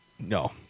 No